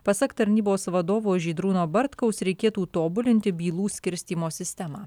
pasak tarnybos vadovo žydrūno bartkaus reikėtų tobulinti bylų skirstymo sistemą